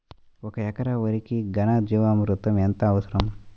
ఒక ఎకరా వరికి ఘన జీవామృతం ఎంత అవసరం?